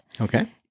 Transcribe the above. Okay